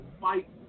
fight